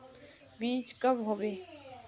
बीज कब होबे?